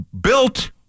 built